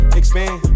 expand